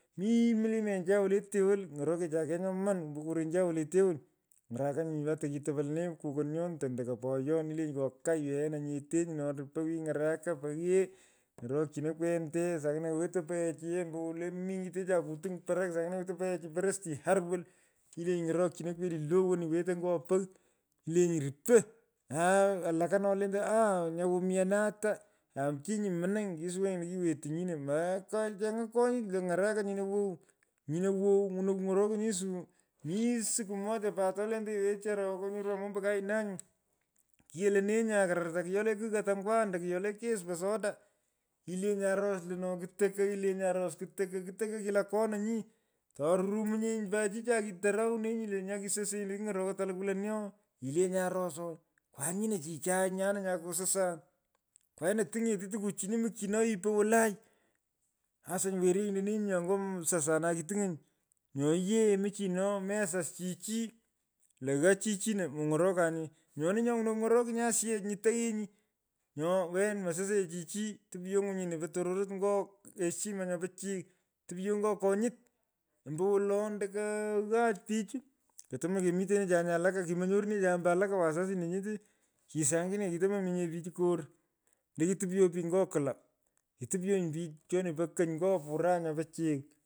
Mimlimenju. wolete woi. ny’orokechukei. nyoman. ombo korencha wolete woi. Ny’arakanyi ata kitopo lenee komonyonyo. ando ko oyon. ilenyi kokai wena. nyetenyi no rupo wi ny’araka poghee. ny’orokyino kwente. saanyine wetoi peghechi ye ombo wote mengit kutung parak. saaingine wetei peghechi porosti arr woi. ilenyi. ng’orokyino kweli lou. woni wetoi ngo pagn. ilenyi rupo. aa alaka no lontei aa nya umianata aa chinyi munung kisuwenyi lo kiwetu nyino. Me kany cheny’a kenyin kong’araka nyino wau. nyino wow nyuno kung’oro kinyi suu. Mi siku mochs tolentenyi. oo. kyonyorwan mombo kainanyi. kienee nya. kwarto kyo case po soda. Ilenyi aros lo no kotokugh. ilenyi aros kutokogh kutokogh kila kona nyi. torumu nye nyu pat chichai kidharaunenyi lo nyo kisosenyi lo king’orokoi toku lukwu lonee no. ilenyi tukuchino mukyino oyipen walai. asa werenyi lonee nya nyo sasanai kituny’onyi. Nyo yee. mchino. mesasa chi chi ko ghaa chichino mong’orokanye. nyoni nyo ng’wunoi kuny’orokunyi asiyech nyu toghenyi. Nyo wen mososonye chi chi. topyo ngwinyini po tororot ngo heshima nyo pichiy. topyo nyo konyut. ombowolo ando ko ghaach pich. kotomendo komitenecha walaka. kimonyurunecha nye ombo walak wasasin lenyete. kisaangine kitomominye pich kor ndoki topyo pich ngo kwula. kitopyo nyo pichoni po kony nyo furaha nyo pichiy.